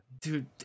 Dude